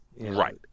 Right